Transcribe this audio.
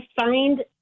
find